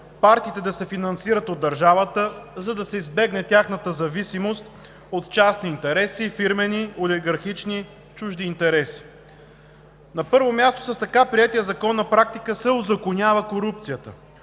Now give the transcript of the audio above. партиите да се финансират от държавата, за да се избегне тяхната зависимост от частни, фирмени, олигархични и чужди интереси. На първо място, с така приетия Закон на практика се узаконява корупцията,